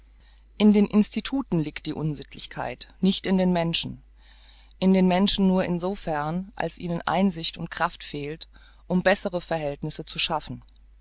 in den instituten liegt die unsittlichkeit nicht in den menschen in den menschen nur in sofern als ihnen einsicht und kraft fehlt um bessere verhältnisse zu schaffen